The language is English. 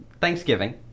Thanksgiving